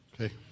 Okay